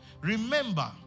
Remember